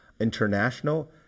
international